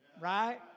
right